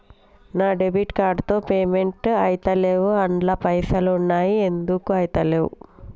నా debit card తో payment ఐతలేవ్ అండ్ల పైసల్ ఉన్నయి ఎందుకు ఐతలేవ్?